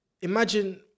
imagine